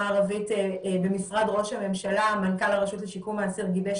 הערבית במשרד ראש הממשלה מנכ"ל הרשות לשיקום האסיר גיבש